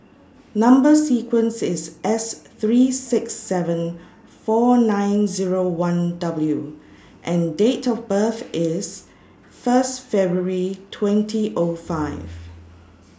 Number sequence IS S three six seven four nine Zero one W and Date of birth IS First February twenty O five